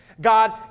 God